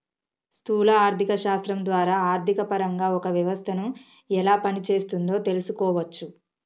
స్థూల ఆర్థిక శాస్త్రం ద్వారా ఆర్థికపరంగా ఒక వ్యవస్థను ఎలా పనిచేస్తోందో తెలుసుకోవచ్చు